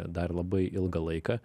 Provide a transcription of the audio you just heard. dar labai ilgą laiką